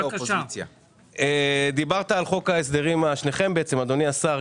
חסר לי בתקציב, אדוני השר,